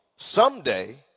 Someday